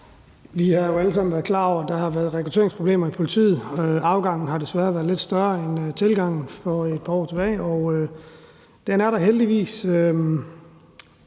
Vi har jo alle sammen været klar over, at der har været rekrutteringsproblemer i politiet. Afgangen har desværre været lidt større end tilgangen for et par år tilbage. Kurven er heldigvis